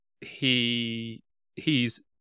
he—he's